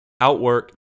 outwork